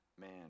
Man